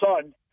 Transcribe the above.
son